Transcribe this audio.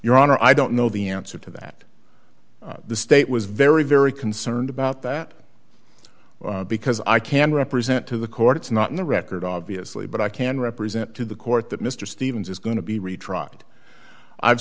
your honor i don't know the answer to that the state was very very concerned about that because i can represent to the court it's not in the record obviously but i can represent to the court that mr stevens is going to be retried i've